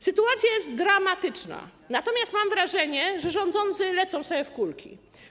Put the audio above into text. Sytuacja jest dramatyczna, natomiast mam wrażenie, że rządzący lecą sobie w kulki.